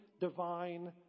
divine